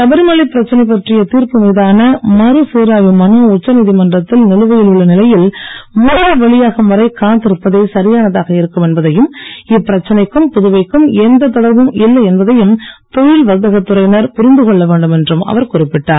சபரிமலை பிரச்சனை பற்றிய தீர்ப்பு மீதான மறுசீராய்வு மனு உச்சநீதிமன்றத்தில் நிலுவையில் உள்ள நிலையில் முடிவு வெளியாகும் வரை காத்திருப்பதே சரியானதாக இருக்கும் என்பதையும் இப்பிரச்சனைக்கும் புதுவைக்கும் எந்த தொடர்பும் இல்லை என்பதும் தொழில் வர்த்தக துறையினர் புரிந்து கொள்ள வேண்டும் என்றும் அவர் குறிப்பிட்டார்